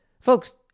folks